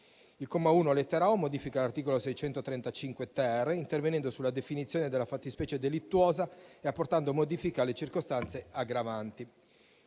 Il comma 1, lettera *o)*, modifica l'articolo 635-*ter* intervenendo sulla definizione della fattispecie delittuosa e apportando modifiche alle circostanze aggravanti.